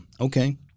Okay